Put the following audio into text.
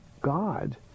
God